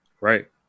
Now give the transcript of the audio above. Right